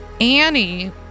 Annie